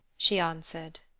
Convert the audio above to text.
she answered,